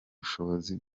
bushobozi